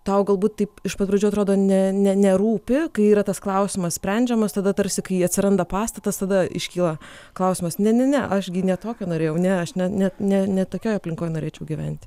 tau galbūt taip iš pat pradžių atrodo ne ne nerūpi kai yra tas klausimas sprendžiamas tada tarsi kai atsiranda pastatas tada iškyla klausimas ne ne ne aš gi ne tokio norėjau ne aš ne ne ne ne tokioj aplinkoj norėčiau gyventi